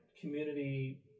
community